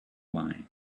why